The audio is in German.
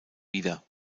wieder